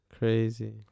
Crazy